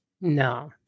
No